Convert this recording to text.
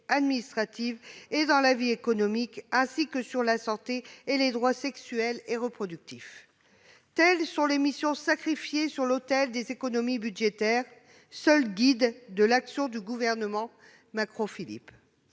administrative et économique, ainsi que dans les domaines de la santé et des droits sexuels et reproductifs. Telles sont les missions sacrifiées sur l'autel des économies budgétaires, qui seules guident l'action du gouvernement Macron-Philippe.